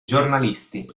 giornalisti